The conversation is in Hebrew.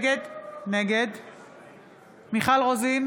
נגד מיכל רוזין,